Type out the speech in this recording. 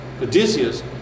Odysseus